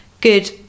good